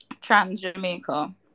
Trans-Jamaica